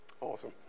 Awesome